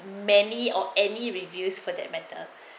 many or any reviews for they better